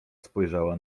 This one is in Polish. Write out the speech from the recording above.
spojrzała